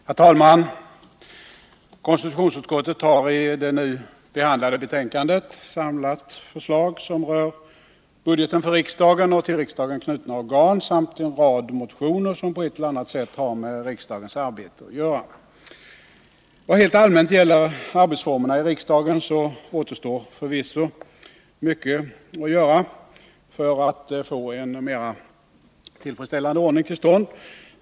Herr talman! Konstitutionsutskottet har i det nu behandlade betänkandet samlat förslag som rör budgeten för riksdagen och till riksdagen knutna organ samt en rad motioner, som på ett eller annat sätt har med riksdagens arbete att göra. Vad helt allmänt gäller arbetsformerna i riksdagen återstår förvisso mycket att göra för att vi skall få en mer tillfredsställande ordning till stånd.